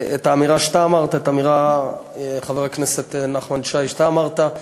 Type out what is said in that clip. האמירה שאתה אמרת, חבר הכנסת נחמן שי, אמרת: